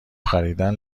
خریدن